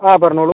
ആ പറഞ്ഞോളൂ